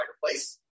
fireplace